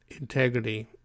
integrity